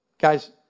Guys